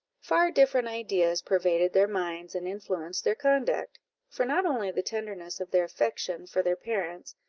far different ideas pervaded their minds and influenced their conduct for not only the tenderness of their affection for their parents,